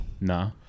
Nah